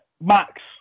Max